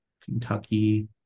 Kentucky